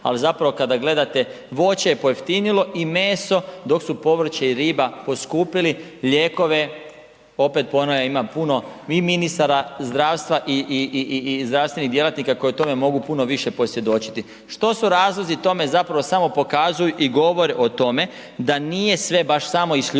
ali zapravo kada gledate voće je pojeftinilo i meso dok su povrće i riba poskupili, lijekove, opet ponavljam ima puno i ministara zdravstva i zdravstvenih djelatnika koji o tome mogu puno više posvjedočiti. Što su razlozi tome, zapravo samo pokazuju i govore o tome da nije sve baš samo isključivo